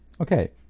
Okay